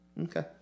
Okay